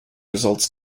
results